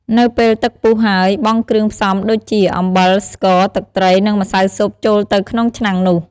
នៅពេលទឹកពុះហើយ បង់គ្រឿងផ្សំដូចជា អំបិល ស្ករ ទឹកត្រី និងម្សៅស៊ុបចូលទៅក្នុងឆ្នាំងនោះ។